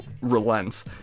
relents